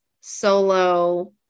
solo